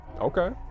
okay